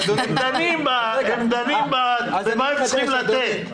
הם דנים במה הם צריכים לתת.